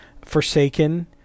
Forsaken